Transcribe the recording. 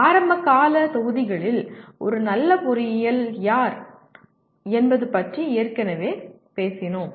ஆரம்பகால தொகுதிகளில் ஒரு நல்ல பொறியியல் யார் என்பது பற்றி ஏற்கனவே பேசினோம்